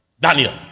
Daniel